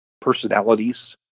personalities